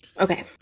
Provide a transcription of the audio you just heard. okay